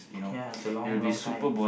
ya it's a long long time